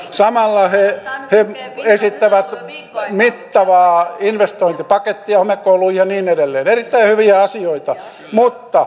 samalla he esittävät mittavaa investointipakettia homekouluihin ja niin edelleen erittäin hyviä asioita mutta